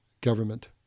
government